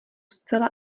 zcela